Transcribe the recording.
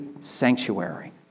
sanctuary